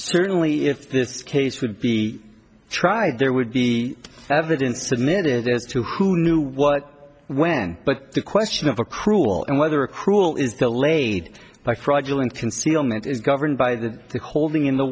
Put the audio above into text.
certainly if this case would be tried there would be evidence submitted as to who knew what when but the question of a cruel and whether cruel is delayed by fraudulent concealment is governed by the holding in the